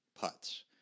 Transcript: putts